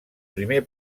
primer